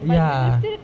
ya